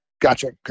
Gotcha